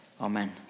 Amen